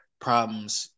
problems